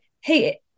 Hey